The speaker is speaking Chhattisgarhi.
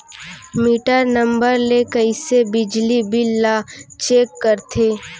मीटर नंबर ले कइसे बिजली बिल ल चेक करथे?